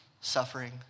suffering